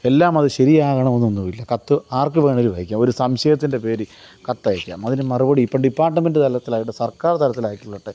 എല്ലാമത് ശരിയാകണമെന്നൊന്നുമില്ല കത്ത് ആർക്ക് വേണേലും അയക്കാം ഒര് സംശയത്തിൻ്റെ പേരിൽ കത്തയക്കാം അതിന് മറുപടി ഇപ്പം ഡിപ്പാർട്ട്മെൻറ്റ് തലത്തിൽ ആയിക്കോട്ടെ സർക്കാര് തലത്തിൽ ആയിക്കോട്ടെ